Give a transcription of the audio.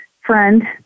friend